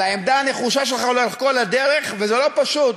על העמדה הנחושה שלך לאורך כל הדרך, וזה לא פשוט,